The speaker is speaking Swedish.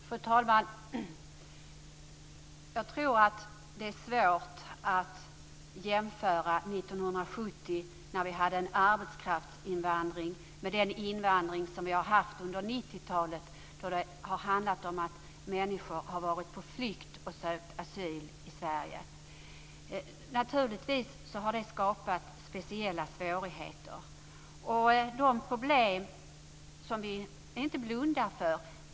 Fru talman! Jag tror att det är svårt att jämföra 1970 när vi hade en arbetskraftsinvandring med den invandring vi har haft under 90-talet, då det har handlat om att människor har varit på flykt och sökt asyl i Sverige. Det har naturligtvis skapat speciella svårigheter. De problemen har vi inte blundat för.